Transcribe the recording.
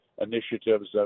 initiatives